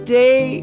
day